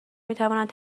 میتوانند